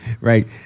right